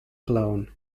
blown